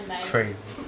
Crazy